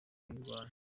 uyirwaye